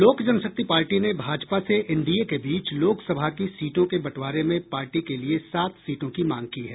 लोक जनशक्ति पार्टी ने भाजपा से एनडीए के बीच लोकसभा की सीटों के बंटवारे में पार्टी के लिये सात सीटों की मांग की है